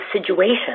situation